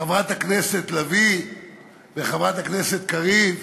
חברת הכנסת לביא וחברת הכנסת קריב,